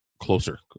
Closer